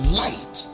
light